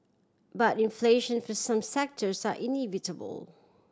but inflation for some sectors are inevitable